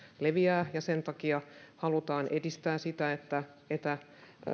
leviää ja sen takia halutaan edistää sitä että että